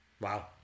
Wow